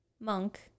monk